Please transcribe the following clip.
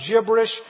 gibberish